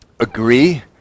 agree